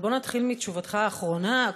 בוא נתחיל מתשובתך האחרונה.